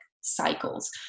cycles